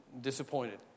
disappointed